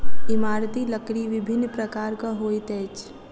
इमारती लकड़ी विभिन्न प्रकारक होइत अछि